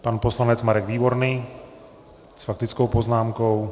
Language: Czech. Pan poslanec Marek Výborný s faktickou poznámkou.